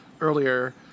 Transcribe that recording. earlier